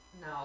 No